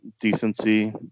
decency